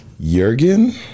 Jurgen